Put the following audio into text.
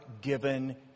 given